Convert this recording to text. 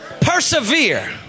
Persevere